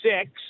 six